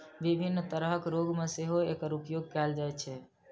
विभिन्न तरहक रोग मे सेहो एकर उपयोग कैल जाइ छै